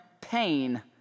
pain